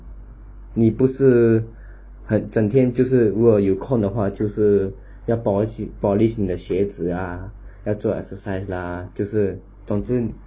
你不是很整天就是如果有空的话就是要 polish polish 你的鞋子 ah 要做 exercise ah 就是总之